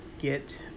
get